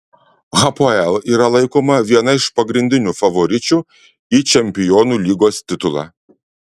hapoel yra laikoma viena iš pagrindinių favoričių į čempionų lygos titulą